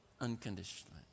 unconditionally